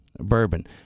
bourbon